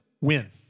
win